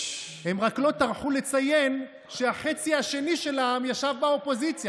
הם רק לא טרחו לציין שהחצי השני של העם ישב באופוזיציה,